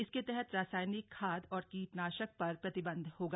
इसके तहत रासयनिक खाद और कीटनाशक पर प्रतिबंध होगा